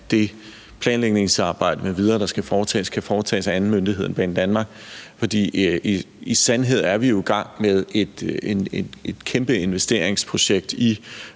af det planlægningsarbejde m.v., der skal foretages, kan foretages af anden myndighed end Banedanmark. For i sandhed er vi jo i gang med et kæmpe investeringsprojekt i